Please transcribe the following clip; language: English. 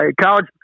college